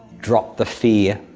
drop the fear.